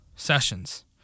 Sessions